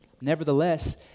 nevertheless